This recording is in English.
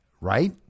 right